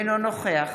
אינו נוכח